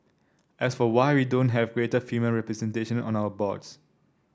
as for why we don't have greater female representation on our boards